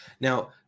Now